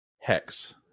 hex